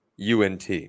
UNT